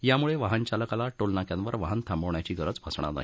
यामुळे वाहनचालकाला टोलनाक्यांवर वाहन थांबवण्याची गरज भासणार नाही